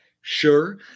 Sure